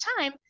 time